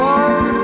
one